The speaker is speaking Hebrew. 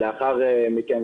לאחר מכן,